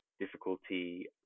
difficulty